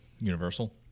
universal